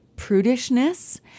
prudishness